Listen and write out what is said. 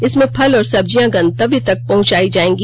इसमें फल और सब्जियां गंतव्य तक पहंचाई जाएगी